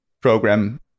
program